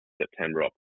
September